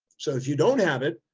so if you don't have it,